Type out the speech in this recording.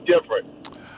different